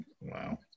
wow